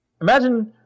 Imagine